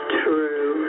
true